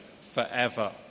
forever